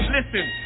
Listen